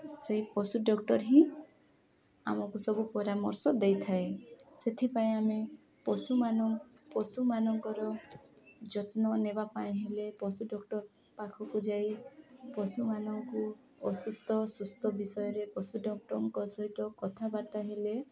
ସେଇ ପଶୁ ଡକ୍ଟର ହିଁ ଆମକୁ ସବୁ ପରାମର୍ଶ ଦେଇଥାଏ ସେଥିପାଇଁ ଆମେ ପଶୁମାନ ପଶୁମାନଙ୍କର ଯତ୍ନ ନେବା ପାଇଁ ହେଲେ ପଶୁ ଡକ୍ଟର ପାଖକୁ ଯାଇ ପଶୁମାନଙ୍କୁ ଅସୁସ୍ଥ ସୁସ୍ଥ ବିଷୟରେ ପଶୁ ଡକ୍ଟରଙ୍କ ସହିତ କଥାବାର୍ତ୍ତା ହେଲେ